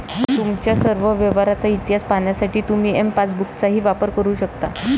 तुमच्या सर्व व्यवहारांचा इतिहास पाहण्यासाठी तुम्ही एम पासबुकचाही वापर करू शकता